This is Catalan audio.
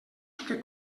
que